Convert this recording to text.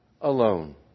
alone